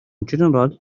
general